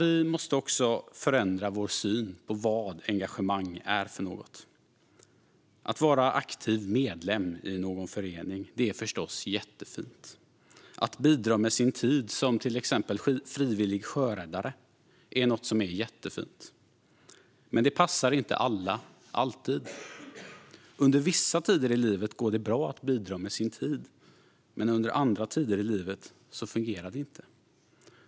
Vi måste också förändra vår syn på vad engagemang är för något. Att vara aktiv medlem i någon förening är förstås jättefint. Att bidra med sin tid som till exempel frivillig sjöräddare är något som är jättefint. Men det passar inte alla alltid. Under vissa tider i livet går det att bidra med sin tid, men under andra tider i livet fungerar inte det.